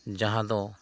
ᱡᱟᱦᱟᱸ ᱫᱚ